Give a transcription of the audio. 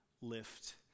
lift